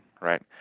right